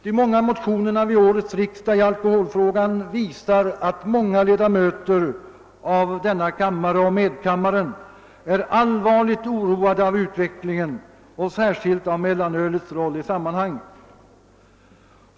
Det stora antalet motioner vid årets riksdag i alkoholfrågan visar att många ledamöter av denna kammare och medkammaren är allvarligt oroade av utvecklingen och framför allt av mellanölets roll i sammanhanget.